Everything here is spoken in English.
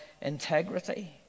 integrity